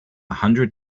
hundred